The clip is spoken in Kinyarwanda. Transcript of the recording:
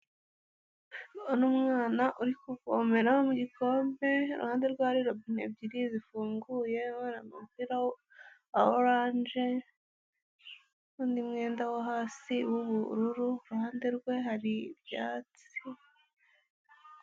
Uno mwana uri kuvomera mu gikombe. Iruhande rwe hari robine ebyiri zifunguye. Yambaye umupira wa orange n'undi mwenda wo hasi w'ubururu. Iruhande rwe hari ibyatsi.